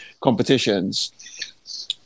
competitions